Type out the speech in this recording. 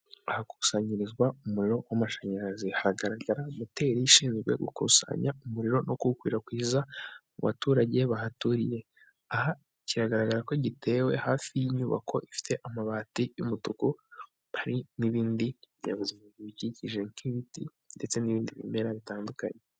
Ahakusanyirizwa umuriro w'amashanyarazi, hagaragara moteri ishinzwe gukusanya umuriro no kuwukwirakwiza mu baturage bahaturiye, aha kigaragara ko gitewe hafi y'inyubako ifite amabati y'umutuku, hari n'ibindi binyabuzima bigikikije nk'ibiti ndetse n'ibindi bimera bitandukanye.